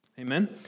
Amen